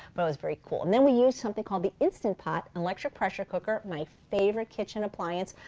but it was very cool. and then we used something called the instant pot, an electric pressure cooker, my favorite kitchen appliance,